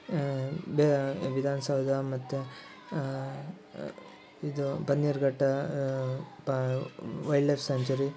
ಬ್ಯೆ ವಿಧಾನಸೌಧ ಮತ್ತು ಇದು ಬನ್ನೇರುಘಟ್ಟ ಪಾ ವೈಲ್ಡ್ಲೈಫ್ ಸಾಂಚುರಿ